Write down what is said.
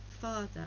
Father